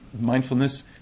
mindfulness